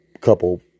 couple